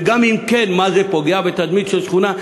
וגם אם כן, מה, זה פוגע בתדמית של השכונה?